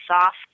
soft